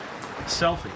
Selfie